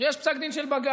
שיש פסק דין של בג"ץ,